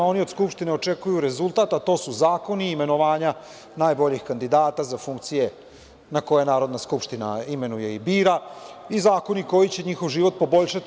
Oni od Skupštine očekuju rezultat, a to su zakoni, imenovanja najboljih kandidata za funkcije na koje Narodna skupština imenuje i bira i zakoni koji će njihov život poboljšati.